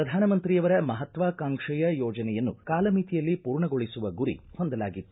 ಪ್ರಧಾನಮಂತ್ರಿಯವರ ಮಹತ್ವಾಕಾಂಕ್ಷೆಯ ಯೋಜನೆಯನ್ನು ಕಾಲಮಿತಿಯಲ್ಲಿ ಪೂರ್ಣಗೊಳಿಸುವ ಗುರಿ ಹೊಂದಲಾಗಿತ್ತು